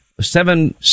seven